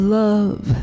love